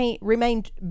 remained